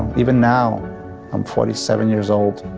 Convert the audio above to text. even now i'm forty seven years old